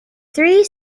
three